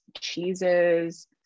cheeses